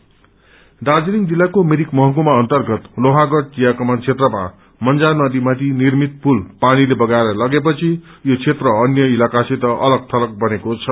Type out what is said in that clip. मिरिक प्रसड दार्जीलिङ जिल्लाको मिरिक महकुमा अन्तर्गत लोहागढ़ वियाकमान क्षेत्रमा मंजा नदीमाथि निर्मित पुल पानीले बगाएर लगेपछि यी क्षेत्र अन्य इलाकासित अग्ल थलग बनेको छ